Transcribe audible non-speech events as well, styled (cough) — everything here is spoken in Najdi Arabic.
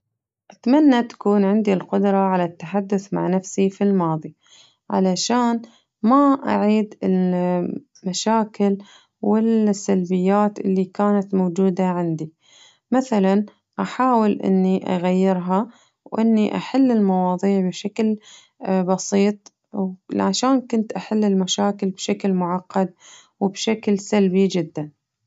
أتمنى تكون عندي القدرة على التحدث مع نفسي في الماضي علشان ما أعيد ال (hesitation) مشاكل والسلبيات اللي كانت موجودة عندي مثلاً أحاول إني أغيرها وإني (hesitation) أحل المواضيع بشكل بسيط وعشان كنت أحل المشاكل بشكل معقد وبشكل سلبي جداً.